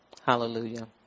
Hallelujah